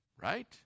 right